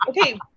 okay